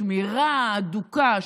השמירה ההדוקה,